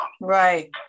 Right